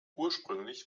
ursprünglich